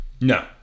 No